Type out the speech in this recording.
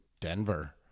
Denver